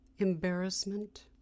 Embarrassment